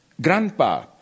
Grandpa